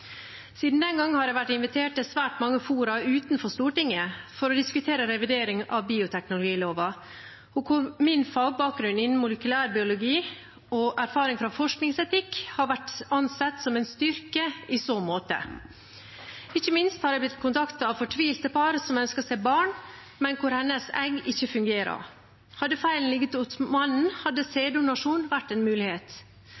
Siden den gang har jeg vært invitert til svært mange fora utenfor Stortinget for å diskutere revidering av bioteknologiloven, der min fagbakgrunn innen molekylærbiologi og erfaring fra forskningsetikk har vært ansett som en styrke i så måte. Ikke minst er jeg blitt kontaktet av fortvilte par som ønsker seg barn, men der hennes egg ikke fungerer. Hadde feilen ligget hos mannen, hadde